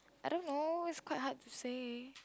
I don't know is quite hard to say